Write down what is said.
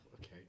Okay